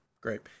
Great